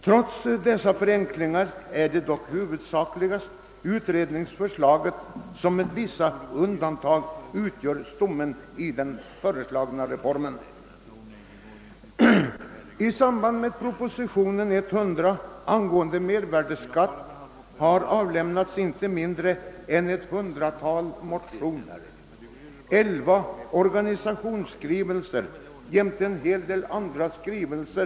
Trots denna förenkling är det dock huvudsakligen utredningsförslaget som utgör stommen i den föreslagna reformen. I anslutning till propositionen nr 100 angående mervärdeskatten har avlämnats inte mindre än ett hundratal motioner, elva skrivelser från organisationer och en hel del andra skrivelser.